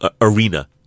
arena